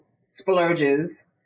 splurges